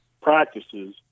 practices